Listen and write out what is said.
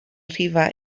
rhifau